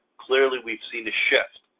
clearly we've seen a shift,